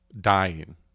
dying